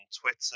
Twitter